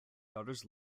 daughters